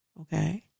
Okay